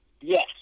Yes